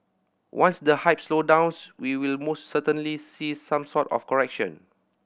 once the hype slow downs we will most certainly see some sort of correction